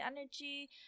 energy